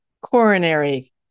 coronary